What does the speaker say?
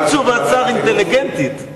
עם תשובת שר אינטליגנטית.